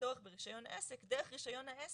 פטור ברישיון עסק, דרך רישיון העסק,